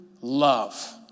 Love